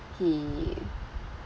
he